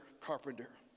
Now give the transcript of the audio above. carpenter